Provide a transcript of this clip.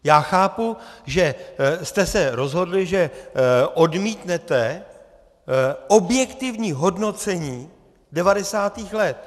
Já chápu, že jste se rozhodli, že odmítnete objektivní hodnocení 90. let.